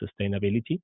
sustainability